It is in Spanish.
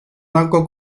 blanco